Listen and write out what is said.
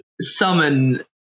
summon